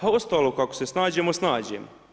A ostalo kako se snađemo, snađemo.